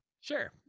Sure